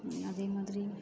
அதேமாதிரி